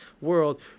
world